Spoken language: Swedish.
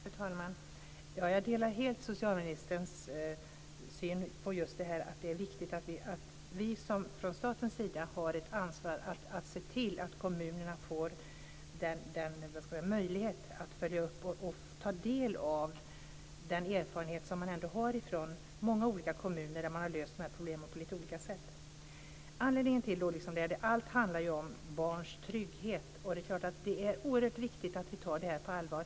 Fru talman! Jag delar helt socialministerns synsätt att vi från statens sida har ett ansvar för att se till att kommunerna får möjlighet att ta del av och följa upp den erfarenhet som ändå finns inom många kommuner, där man har löst de här problemen på lite olika sätt. Allt det här handlar ju om barns trygghet, och det är oerhört viktigt att vi tar det här på allvar.